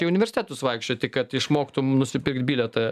į universitetus vaikščioti kad išmoktum nusipirkt bilietą